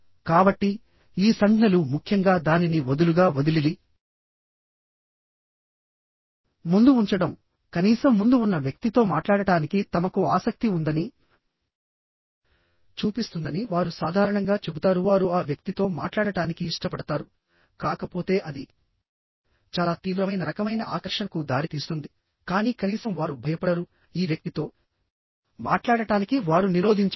కాబట్టి ఈ సంజ్ఞలు ముఖ్యంగా దానిని వదులుగా వదిలి ముందు ఉంచడం కనీసం ముందు ఉన్న వ్యక్తితో మాట్లాడటానికి తమకు ఆసక్తి ఉందని చూపిస్తుందని వారు సాధారణంగా చెబుతారు వారు ఆ వ్యక్తితో మాట్లాడటానికి ఇష్టపడతారు కాకపోతే అది చాలా తీవ్రమైన రకమైన ఆకర్షణకు దారితీస్తుంది కానీ కనీసం వారు భయపడరు ఈ వ్యక్తితో మాట్లాడటానికి వారు నిరోధించబడరు